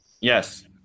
Yes